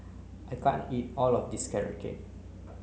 I can't eat all of this carrot cake